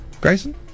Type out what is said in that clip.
Grayson